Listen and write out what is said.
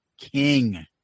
king